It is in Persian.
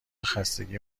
خستگی